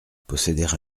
posséder